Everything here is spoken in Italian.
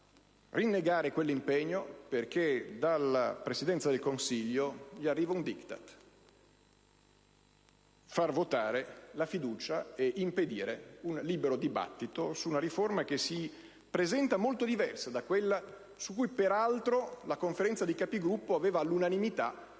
rinnegare quell'impegno perché dalla Presidenza del Consiglio gli arriva un *diktat*: far votare la fiducia e impedire un libero dibattito su una riforma che si presenta molto diversa da quella su cui, peraltro, la Conferenza dei Capigruppo aveva all'unanimità